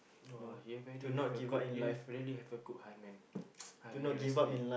!wah! you have really have a good you have really have a good heart man I very respect you